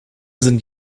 sind